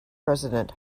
president